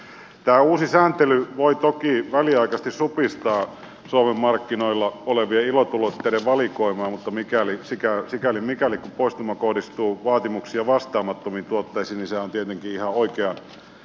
tämä uusi sääntely voi toki väliaikaisesti supistaa suomen markkinoilla olevien ilotulitteiden valikoimaa mutta sikäli mikäli kun poistuma kohdistuu vaatimuksia vastaamattomiin tuotteisiin niin sehän on tietenkin ihan oikeansuuntainen